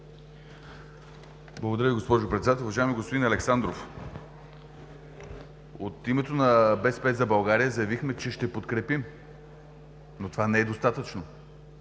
Благодаря Ви, господин Председател. Уважаеми господин Александров, от името на „БСП за България“ заявихме, че ще подкрепим, но това не е достатъчно.